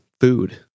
food